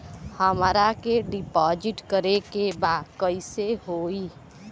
हमरा के डिपाजिट करे के बा कईसे होई?